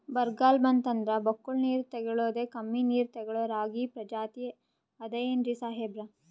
ಬರ್ಗಾಲ್ ಬಂತಂದ್ರ ಬಕ್ಕುಳ ನೀರ್ ತೆಗಳೋದೆ, ಕಮ್ಮಿ ನೀರ್ ತೆಗಳೋ ರಾಗಿ ಪ್ರಜಾತಿ ಆದ್ ಏನ್ರಿ ಸಾಹೇಬ್ರ?